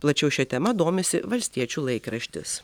plačiau šia tema domisi valstiečių laikraštis